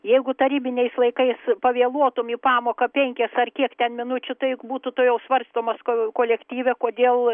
jeigu tarybiniais laikais pavėluotum į pamoką penkias ar kiek ten minučių tai juk būtų tuojau svarstomas ko kolektyve kodėl